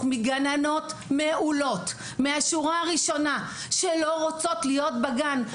מגננות מעולות מהשורה הראשונה שלא רוצות להיות בגן.